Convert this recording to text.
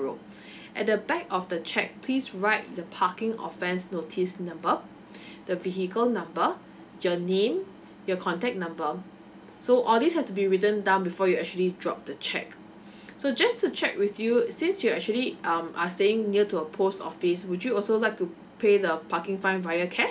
at the back of the cheque please write the parking offence notice number the vehicle number your name your contact number so all these have to be written down before you actually drop the cheque so just to check with you since you actually um are staying near to a post office would you also like to pay the parking fine via cash